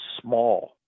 small